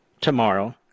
tomorrow